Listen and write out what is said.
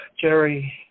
Jerry